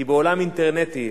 כי בעולם אינטרנטי,